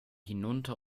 hinunter